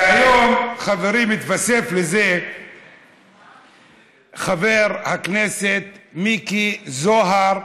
היום, חברים, התווסף לזה חבר הכנסת מיקי זוהר,